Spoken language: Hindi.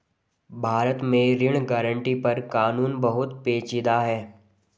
भारत में ऋण गारंटी पर कानून बहुत पेचीदा है